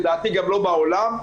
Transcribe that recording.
לדעתי גם לא בעולם,